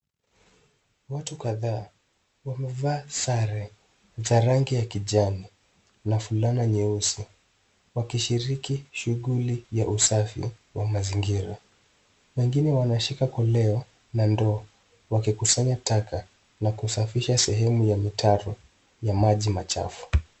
Watu kadhaa wamevaa sure za rangi ya kijani na fulana nyeusi wakishiriki shughuli ya usafi wa mazingira, wengine wanashika koleo na ndoo wakikusanya taka na kusafisha sehemu ya mtaro ya maji machafu.